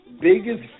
Biggest